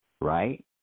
right